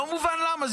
לא מובן למה.